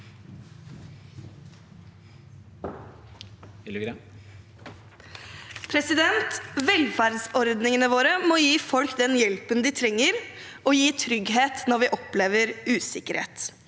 Velferds- ordningene våre må gi folk den hjelpen de trenger, og gi trygghet når vi opplever usikkerhet.